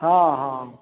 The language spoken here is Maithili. हॅं हॅं